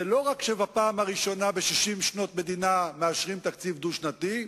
זה לא רק שבפעם הראשונה ב-60 שנות מדינה מאשרים תקציב דו-שנתי,